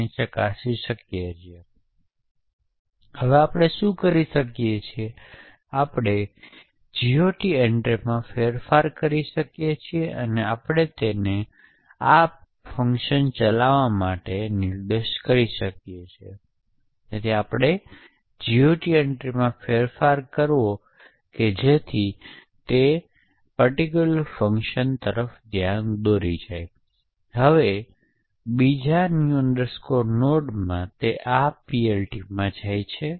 તેથી આ રીતે આપણે જે જોયું છે તે બે સ્વતંત્ર પ્રક્રિયાઓ છે પ્રેષક અને પ્રાપ્તકર્તા આ કન્વર્ટ ચેનલ દ્વારા એકબીજા સાથે વાતચીત કરવામાં સક્ષમ છે